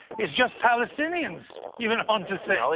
it's just palestinians, you went on to say.